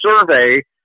survey